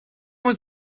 was